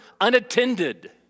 unattended